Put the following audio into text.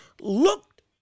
looked